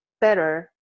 better